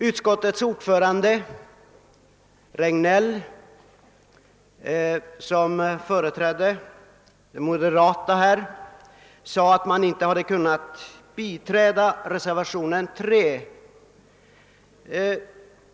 Utskottets ordförande herr Regnéll sade att representanterna för moderata samlingspartiet inte hade kunnat biträda reservationen 3.